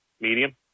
medium